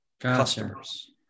Customers